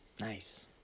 Nice